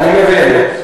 אני מבין.